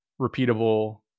repeatable